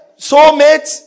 soulmates